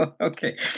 Okay